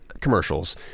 commercials